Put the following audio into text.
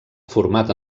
format